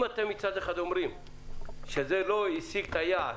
אם אתם אומרים שזה לא השיג את היעד,